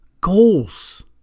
goals